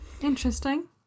Interesting